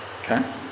Okay